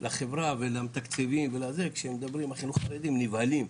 לחברה ולתקציבים כשהם מדברים על חינוך חרדי הם נבהלים,